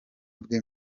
bwe